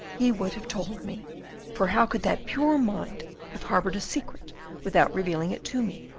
he would have told me for how could that pure mind have harboured a secret without revealing it to me?